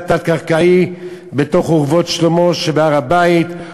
תת-קרקעי בתוך "אורוות שלמה" שבהר-הבית.